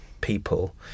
people